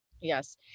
yes